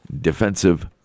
defensive